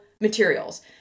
materials